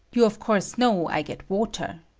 you, of course, know i get water.